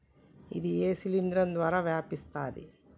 ఇది ఏ శిలింద్రం ద్వారా వ్యాపిస్తది?